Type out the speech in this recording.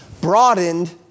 broadened